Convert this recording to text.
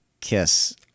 kiss